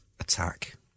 attack